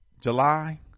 July